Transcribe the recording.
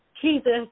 Jesus